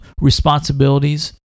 responsibilities